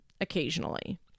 occasionally